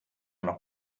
noch